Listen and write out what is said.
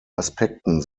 aspekten